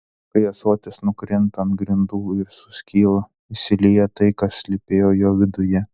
kai ąsotis nukrinta ant grindų ir suskyla išsilieja tai kas slypėjo jo viduje